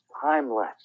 timeless